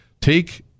Take